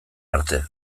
arte